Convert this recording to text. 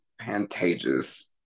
Pantages